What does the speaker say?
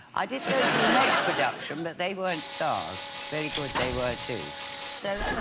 i didn't that they weren't stars very good they were too so